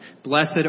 Blessed